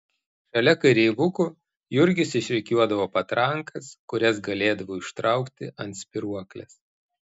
šalia kareivukų jurgis išrikiuodavo patrankas kurias galėdavai užtraukti ant spyruoklės